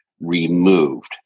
removed